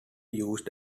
used